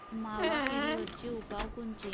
मावा किडीवरचे उपाव कोनचे?